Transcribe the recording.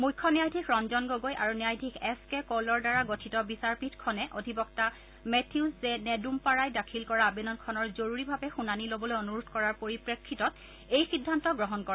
মুখ্য ন্যায়াধীশ ৰঞ্জন গগৈ আৰু ন্যায়াধীশ এছ কে ক'লৰ দ্বাৰা গঠিত বিচাৰপীঠখনে অধিবক্তা মেথিউজ জে নেদুমপাৰাই দাখিল কৰা আবেদনখনৰ জৰুৰীভাৱে শুনানি ল'বলৈ অনুৰোধ কৰাৰ পৰিপ্ৰেক্ষিতত এই সিদ্ধান্ত গ্ৰহণ কৰে